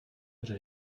hře